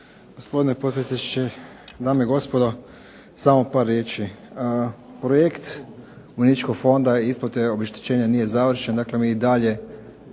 gospodine potpredsjedniče, dame i gospodo, samo par riječi. Projekt Umirovljeničkog fonda i isplate obeštećenja nije završen, dakle mi i dalje